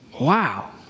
wow